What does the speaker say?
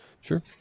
Sure